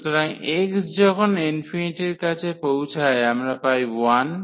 সুতরাং x যখন ∞ এর কাছে পৌঁছায় আমরা পাই 1